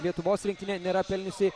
lietuvos rinktinė nėra pelniusi